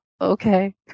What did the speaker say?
okay